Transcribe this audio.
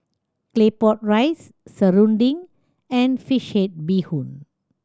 Claypot Rice serunding and fish head bee hoon